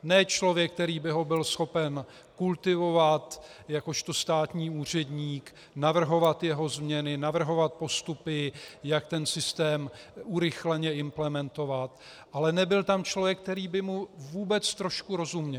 Ne člověk, který by ho byl schopen kultivovat jako státní úředník, navrhovat jeho změny, navrhovat postupy, jak systém urychleně implementovat, ale nebyl tam člověk, který by mu vůbec trochu rozuměl.